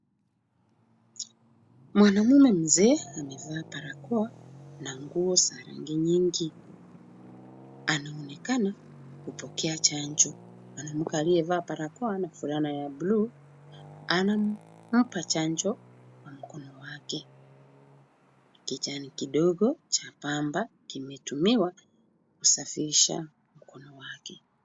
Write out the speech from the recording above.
Mwanamume mzee amevaa barakoa na nguo za rangi nyingi. Anaonekana kupokea chanjo. Mwanamke aliyevaa barakoa na fulana ya blue anampa chanjo kwa mkono wake. Kijani kidogo cha pamba kimetumiwa kusafisha mkono wake.